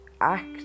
act